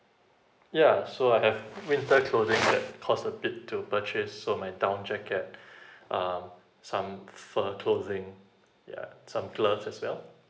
yeah so I have winter clothing that cost a bit to purchase so my down jacket um some for the clothing yeah some gloves as well